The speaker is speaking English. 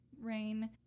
rain